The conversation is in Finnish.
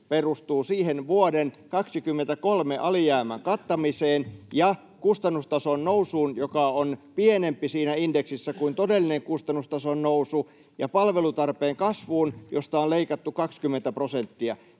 perustuu siihen vuoden 23 alijäämän kattamiseen ja kustannustason nousuun, joka on pienempi siinä indeksissä kuin todellinen kustannustason nousu, ja palvelutarpeen kasvuun, josta on leikattu 20 prosenttia,